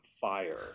fire